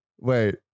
Wait